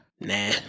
Nah